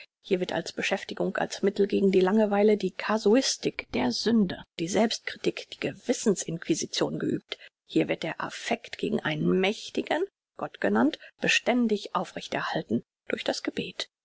hier wird als beschäftigung als mittel gegen die langeweile die casuistik der sünde die selbstkritik die gewissens inquisition geübt hier wird der affekt gegen einen mächtigen gott genannt beständig aufrecht erhalten durch das gebet